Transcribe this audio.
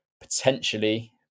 potentially